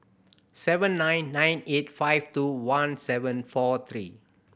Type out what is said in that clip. seven nine nine eight five two one seven four three